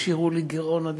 השאירו לי גירעון,